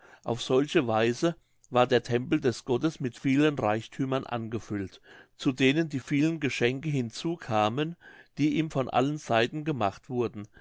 auf solche weise war der tempel des gottes mit vielen reichthümern angefüllt zu denen die vielen geschenke hinzukamen die ihm von allen seiten gemacht wurden